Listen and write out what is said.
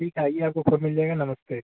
ठीक है आइए आपको फोन मिल जाएगा नमस्ते